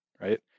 right